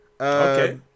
Okay